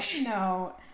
no